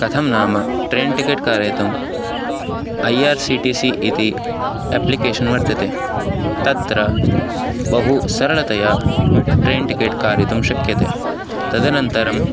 कथं नाम train ticket क्रेतुम् I R C T C इति अप्लिकेशन् वर्तते तत्र बहु सरलतया ट्रैन् टिकेट् क्रेतुं शक्यते तदनन्तरं